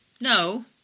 No